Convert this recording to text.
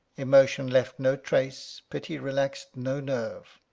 emotion left no trace, pity relaxed no nerve.